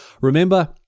Remember